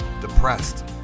depressed